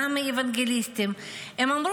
גם מהאוונגליסטים,